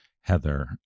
Heather